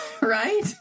Right